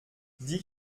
dix